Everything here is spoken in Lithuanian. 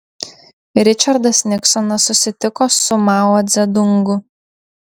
ričardas niksonas susitiko su mao dzedungu